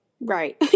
Right